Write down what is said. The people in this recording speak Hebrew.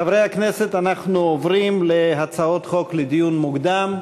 חברי הכנסת, אנחנו עוברים להצעות חוק בדיון מוקדם.